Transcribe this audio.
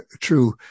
true